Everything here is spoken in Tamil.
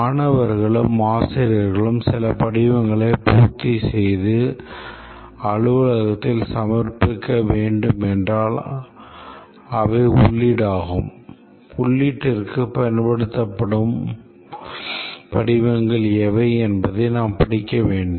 மாணவர்களும் ஆசிரியர்களும் சில படிவங்களை பூர்த்தி செய்து அலுவலகத்தில் சமர்ப்பிக்க வேண்டும் என்றால் அவை உள்ளீடு ஆகும் உள்ளீட்டிற்குப் பயன்படுத்தப்படும் படிவங்கள் எவை என்பதை நாம் படிக்க வேண்டும்